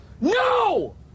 no